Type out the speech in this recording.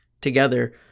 together